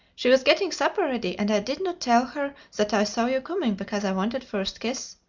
she was getting supper ready, and i did not tell her that i saw you coming, because i wanted first kiss.